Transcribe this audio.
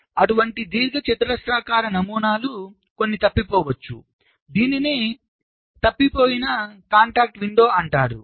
కాబట్టి అటువంటి దీర్ఘచతురస్రాకార నమూనాలు కొన్ని తప్పిపోవచ్చు దీనిని తప్పిపోయిన కాంటాక్ట్ విండో అంటారు